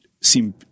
seem